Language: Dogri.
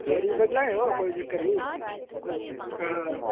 खरी बडलै आएओ कोई चक्कर निं हां